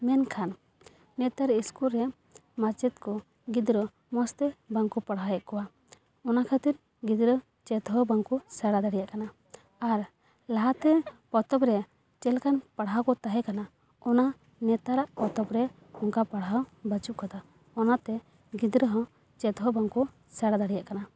ᱢᱮᱱᱠᱷᱟᱱ ᱱᱮᱛᱟᱨ ᱤᱥᱠᱩᱞ ᱨᱮ ᱢᱟᱪᱮᱫ ᱠᱚ ᱜᱤᱫᱽᱨᱟᱹ ᱢᱚᱡᱽ ᱛᱮ ᱵᱟᱝᱠᱚ ᱯᱟᱲᱦᱟᱣᱮᱜ ᱠᱚᱣᱟ ᱚᱱᱟ ᱠᱷᱟ ᱛᱤᱨ ᱜᱤᱫᱽᱨᱟᱹ ᱪᱮᱫ ᱦᱚᱸ ᱵᱟᱝᱠᱚ ᱥᱮᱬᱟ ᱫᱟᱲᱮᱭᱟᱜ ᱠᱟᱱᱟ ᱟᱨ ᱞᱟᱦᱟᱛᱮ ᱯᱚᱛᱚᱵ ᱨᱮ ᱪᱮᱫ ᱞᱮᱠᱟᱱ ᱯᱟᱲᱦᱟᱣ ᱠᱚ ᱛᱟᱦᱮᱸ ᱠᱟᱱᱟ ᱚᱱᱟ ᱱᱮᱛᱟᱨᱟᱜ ᱯᱚᱛᱚᱵ ᱨᱮ ᱚᱝᱠᱟ ᱯᱟᱲᱦᱟᱣ ᱵᱟᱪᱩᱜ ᱠᱟᱫᱟ ᱚᱱᱟ ᱛᱮ ᱜᱤᱫᱽᱨᱟᱹ ᱦᱚᱸ ᱪᱮᱫ ᱦᱚᱸ ᱵᱟᱝᱠᱚ ᱥᱮᱬᱟ ᱫᱟᱲᱮᱭᱟᱜ ᱠᱟᱱᱟ